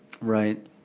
Right